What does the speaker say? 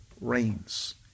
reigns